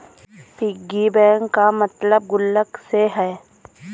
piggy bank का मतलब गुल्लक से है